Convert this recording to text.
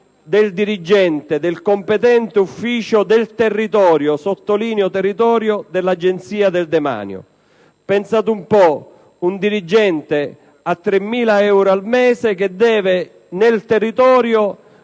del dirigente del competente ufficio del territorio (sottolineo, territorio) dell'Agenzia del demanio. Pensate un po', un dirigente a 3.000 euro al mese che deve, nel territorio,